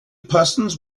persons